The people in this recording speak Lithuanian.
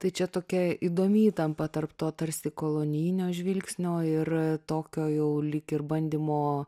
tai čia tokia įdomi įtampa tarp to tarsi kolonijinio žvilgsnio ir tokio jau lyg ir bandymo